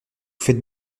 faites